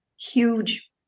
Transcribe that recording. huge